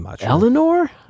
Eleanor